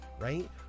right